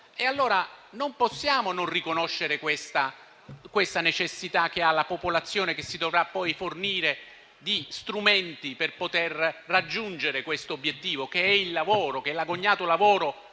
non possiamo non riconoscere una tale necessità che ha la popolazione che si dovrà poi fornire di strumenti per poter raggiungere questo obiettivo, che è l'agognato lavoro;